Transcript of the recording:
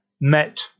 met